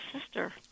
sister